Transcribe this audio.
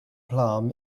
plum